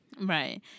Right